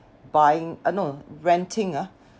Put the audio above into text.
buying uh no renting ah